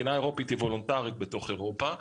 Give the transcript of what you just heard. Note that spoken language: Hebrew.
התקינה האירופית היא וולונטרית בתוך אירופה.